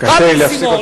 בא בן-סימון,